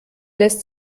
lässt